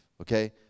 Okay